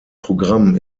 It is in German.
programm